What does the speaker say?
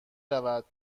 رود